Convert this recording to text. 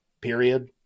period